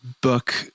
book